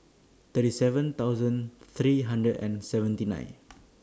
thirty seven thousand three hundred and seventy nine